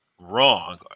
wrong